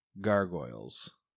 gargoyles